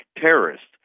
terrorists